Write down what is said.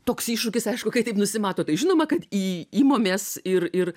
toks iššūkis aišku kai taip nusimato tai žinoma kad į imamės ir ir